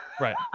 Right